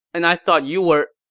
and i thought you were,